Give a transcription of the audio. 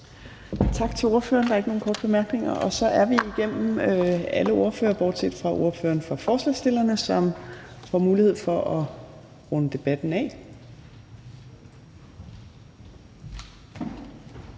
Tak til ordføreren. Der er ikke nogen korte bemærkninger. Så er vi igennem alle ordførerne bortset fra ordføreren for forslagsstillerne, som får mulighed for at runde debatten af.